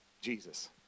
Jesus